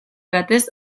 batez